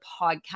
podcast